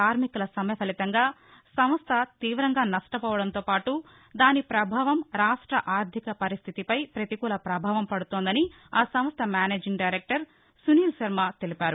కార్నికుల సమ్నే ఫరితంగా సంస్థ తీవంగా నష్టపోవడంతో పాటు దాని పభావం రాష్ట ఆర్ధిక పరిస్దితిపై పతికూల పభావం పడుతోందని ఆ సంస్ద మేనేజింగ్ డైరెక్టర్ సునీల్ శర్మ తెలిపారు